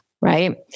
right